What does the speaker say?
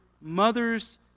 mother's